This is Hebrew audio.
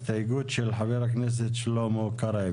הסתייגות של חבר הכנסת שלמה קרעי.